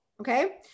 Okay